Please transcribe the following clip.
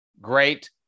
great